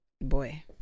boy